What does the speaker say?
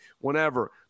whenever